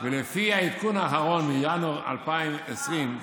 ולפי העדכון האחרון, מינואר 2020,